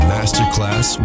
Masterclass